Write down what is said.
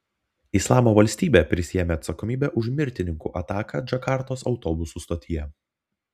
islamo valstybė prisiėmė atsakomybę už mirtininkų ataką džakartos autobusų stotyje